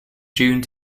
june